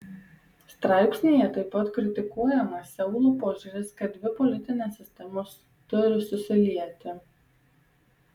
straipsnyje taip pat kritikuojamas seulo požiūris kad dvi politinės sistemos turi susilieti